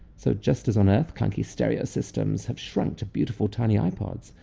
so, just as on earth, clunky stereo systems have shrunk to beautiful, tiny ipods,